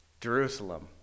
Jerusalem